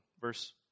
Verse